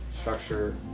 structure